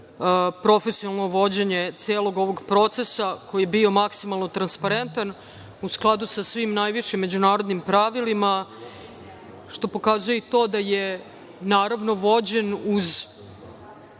profesionalno vođenje celog ovog procesa koji je bio maksimalno transparentan u skladu sa svim najvišim međunarodnim pravilima, što pokazuje i to da je vođen uz